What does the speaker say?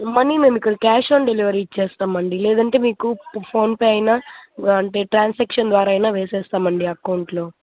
money మేము cash on delivery ఇచ్చేస్తామండి లేదంటే మీకు ఫోన్పే అయినా అంటే ట్రాన్సాక్షన్ ద్వారా అయినా వేసేస్తామండి అకౌంట్లో